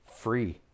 free